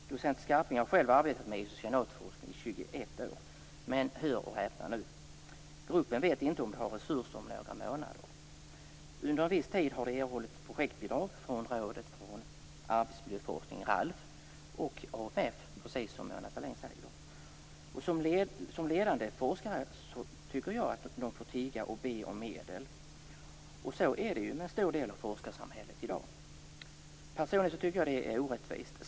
Docent Skarping har själv arbetat med isocyanatforskning i 21 år. Men hör och häpna: gruppen vet inte om den har resurser om några månader. Under viss tid har den erhållit projektbidrag från Rådet för arbetsmiljöforskning, RALF, samt AMF, precis som Mona Sahlin säger. Som ledande forskare får de tigga och be om medel. Så är det med en stor del av forskarsamhället i dag. Personligen tycker jag att det är orättvist.